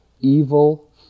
evil